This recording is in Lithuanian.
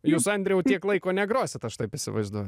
jūs andriau tiek laiko negrosit aš taip įsivaizduoju